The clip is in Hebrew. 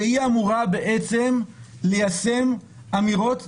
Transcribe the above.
שהיא אמורה בעצם ליישם אמירות,